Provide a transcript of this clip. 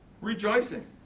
rejoicing